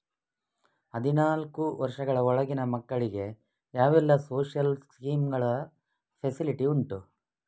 ಹದಿನಾಲ್ಕು ವರ್ಷದ ಒಳಗಿನ ಮಕ್ಕಳಿಗೆ ಯಾವೆಲ್ಲ ಸೋಶಿಯಲ್ ಸ್ಕೀಂಗಳ ಫೆಸಿಲಿಟಿ ಉಂಟು?